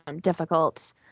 difficult